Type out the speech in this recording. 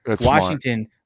Washington